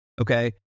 Okay